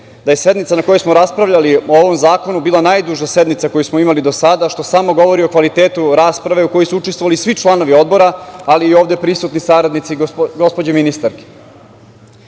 da je sednica na kojoj smo raspravljali o ovom zakonu bila najduža sednica koju smo imali do sada, što samo govori o kvalitetu rasprave u kojoj su učestvovali svi članovi Odbora, ali i ovde prisutni saradnici gospođe ministarke. Ono